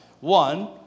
One